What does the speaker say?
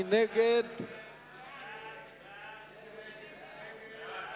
מי נגד?